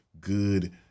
good